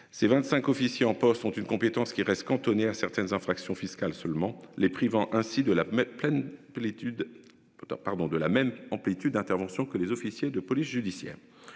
C'est 25 officier en poste ont une compétence qui reste cantonnée à certaines infractions fiscales seulement les privant ainsi de la plaine l'étude. Pardon de la même amplitude intervention que les officiers de police judiciaire.